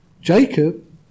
Jacob